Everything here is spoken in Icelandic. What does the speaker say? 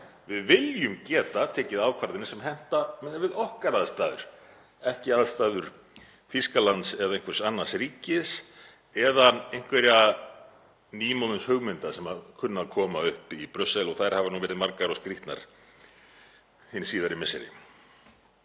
Við viljum geta tekið ákvarðanir sem henta miðað við okkar aðstæður, ekki aðstæður Þýskalands eða einhvers annars ríkis eða einhverjar nýmóðins hugmyndir sem kunna að koma upp í Brussel og þær hafa verið margar skrýtnar hin síðari misseri.